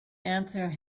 answer